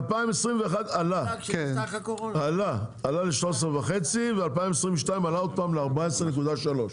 ב-2021 עלה ל-13.5, ב-2022 עלה עוד פעם ל-14.3.